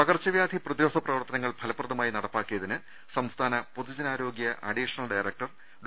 പകർച്ചവ്യാധി പ്രതിരോധ പ്രവർത്തനങ്ങൾ ഫലപ്രദ മായി നടപ്പാക്കിയതിന് സംസ്ഥാന പൊതുജനാരോഗൃ അഡീഷണൽ ഡയറക്ടർ ഡോ